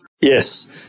Yes